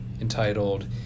entitled